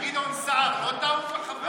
וגדעון סער, לא טעות שבחרו בו?